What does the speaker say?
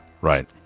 Right